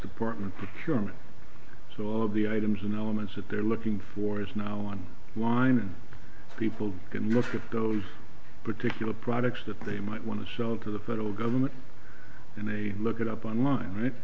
department become so all of the items and elements that they're looking for is now on line and people can look at those particular products that they might want to sell to the federal government and they look it up online right